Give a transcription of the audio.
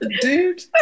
dude